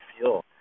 feel